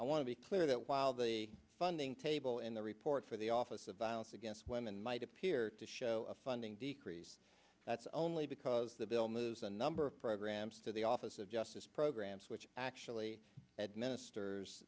i want to be clear that while the funding table in the report for the office of violence against women might appear to show a funding decrease that's only because the bill moves a number of programs to the office of justice programs which actually administers